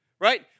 right